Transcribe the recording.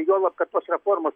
juolab kad tos reformos